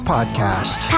Podcast